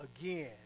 again